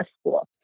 school